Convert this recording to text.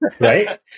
right